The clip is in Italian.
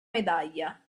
medaglia